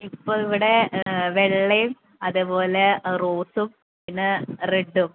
ഇപ്പോൾ ഇവിടെ വെള്ളവും അതേപോലെ റോസും പിന്നെ റെഡ്ഡും